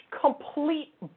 complete